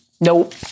Nope